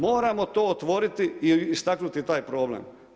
Moramo to otvoriti i istaknuti taj problem.